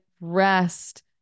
rest